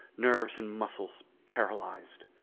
nerves and muscles paralyzed.